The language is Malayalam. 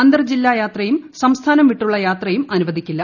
അന്തർജില്ലാ യാത്രയും സംസ്ഥാനക്കു വിട്ടുള്ള യാത്രയും അനുവദിക്കില്ല